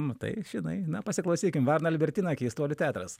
matai žinai na pasiklausykim varna albertina keistuolių teatras